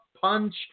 punch